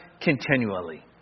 continually